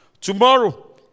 Tomorrow